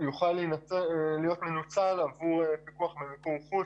יוכל להיות מנוצל עבור פיקוח במיקור חוץ,